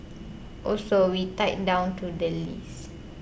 also we tied down to the leases